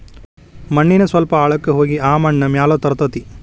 ಮಣ್ಣಿನ ಸ್ವಲ್ಪ ಆಳಕ್ಕ ಹೋಗಿ ಆ ಮಣ್ಣ ಮ್ಯಾಲ ತರತತಿ